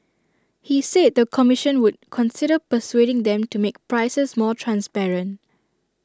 he said the commission would consider persuading them to make prices more transparent